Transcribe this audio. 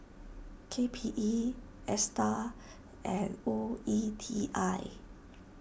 K P E Astar and O E T I